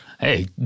Hey